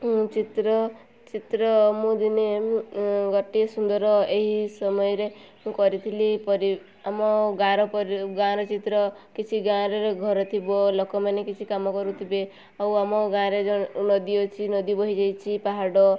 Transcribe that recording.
ତେଣୁ ଚିତ୍ର ଚିତ୍ର ମୁଁ ଦିନେ ଗୋଟିଏ ସୁନ୍ଦର ଏହି ସମୟରେ ମୁଁ କରିଥିଲି ପରି ଆମ ଗାଁର ପରି ଗାଁର ଚିତ୍ର କିଛି ଗାଁରେ ଘର ଥିବ ଲୋକମାନେ କିଛି କାମ କରୁଥିବେ ଆଉ ଆମ ଗାଁରେ ଜଣେ ନଦୀ ଅଛି ନଦୀ ବହିଯାଇଛି ପାହାଡ଼